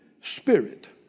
Spirit